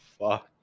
fuck